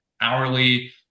hourly